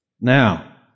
Now